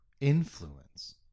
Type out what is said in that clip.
influence